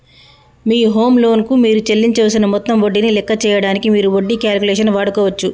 మీ home loan కు మీరు చెల్లించవలసిన మొత్తం వడ్డీని లెక్క చేయడానికి మీరు వడ్డీ క్యాలిక్యులేటర్ వాడుకోవచ్చు